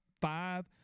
five